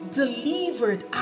delivered